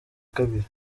kabiri